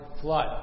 flood